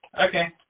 Okay